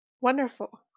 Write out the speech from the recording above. wonderful